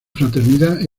fraternidad